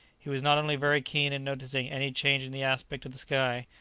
he was not only very keen in noticing any change in the aspect of the sky,